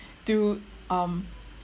do um